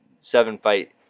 seven-fight